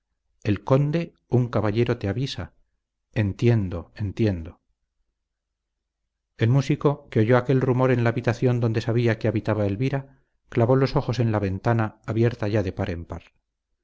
el conde un caballero te avisa entiendo entiendo el músico que oyó aquel rumor en la habitación donde sabía que habitaba elvira clavó los ojos en la ventana abierta ya de par en par